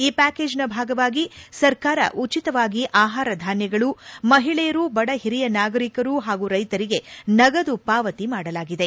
ಈ ಪ್ಲಾಕೇಜ್ ನ ಭಾಗವಾಗಿ ಸರ್ಕಾರ ಉಚಿತವಾಗಿ ಆಹಾರ ಧಾನ್ಯಗಳು ಮಹಿಳೆಯರು ಬಡ ಹಿರಿಯ ನಾಗಂಕರು ಪಾಗೂ ರೈಶರಿಗೆ ನಗದು ಪಾವತಿ ಮಾಡಲಾಗಿದೆ